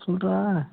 சொல்டா